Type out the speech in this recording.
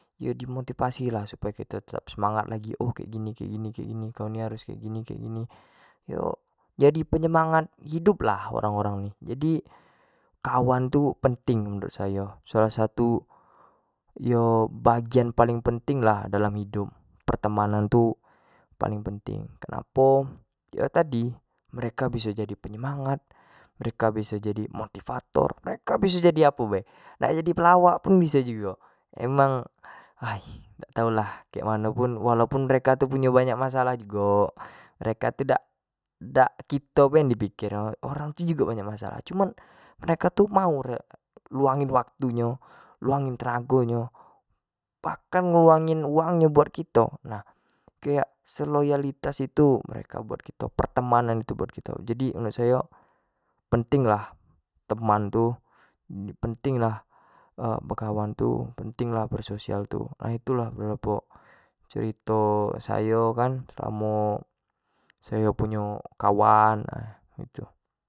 Yo di motivasi lah supayo kito tetap semangat lagi untuk kek gini-kek gini-kek gini-kek gini kamu harus kek gini-kek gini yo jadi penyemangat hidup lah orang-orang ni, jadi kawan tu penting menuru sayo salah satu yo bagian dalam penting lah dalam hidup, pertemanan tu paling penting, kenapo yo tadi mereka biso jadi penyemangat, mereka bisa jadi motivator, mereka bisa jadi apo be, nak jadi pelawak pun biso jugo emang aih dak tau lah, walaupun mereka tu punyo banyak masalah jugo merek tu dak-dak kito be di piker nyo, orang tu jugo banyak masalah, cuman orang tu mau meluangkan banyak waktu nyo, luangin tenago nyo, bahkan luangin uang nyo buat kito, kayak seloyalitas itu mereka buat kito, peretmanan itu buat kito, jadi menurut sayo penting lah teman tu, penting lah beakwan tu, penting lah bersosial tu, nah itu lah cerito sayo kan sayo punyo kawan gitu.